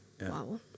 Wow